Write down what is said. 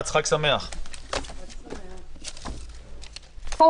החדש (הוראת שעה) (הגבלת פעילות והוראות נוספות) (תיקון מס' 36),